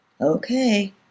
Okay